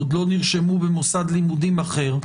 עוד לא נרשמו במוסד לימודים אחר,